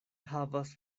havas